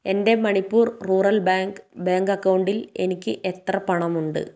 എൻ്റെ Manipur rural bank bank അക്കൗണ്ടിൽ എനിക്ക് എത്ര പണമുണ്ട്